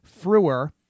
Frewer